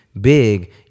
big